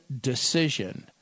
decision